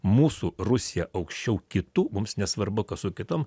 mūsų rusija aukščiau kitų mums nesvarba kas su kitam